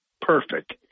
perfect